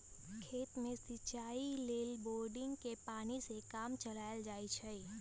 खेत में सिचाई लेल बोड़िंगके पानी से काम चलायल जाइ छइ